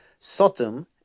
Sotum